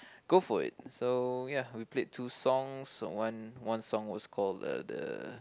go for it so ya we played two songs one one song was called the the